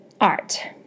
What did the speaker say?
art